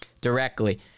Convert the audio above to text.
directly